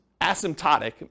asymptotic